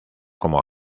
como